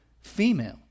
female